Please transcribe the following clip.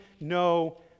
no